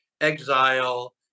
exile